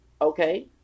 Okay